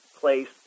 place